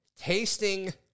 tasting